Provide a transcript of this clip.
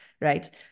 right